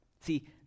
See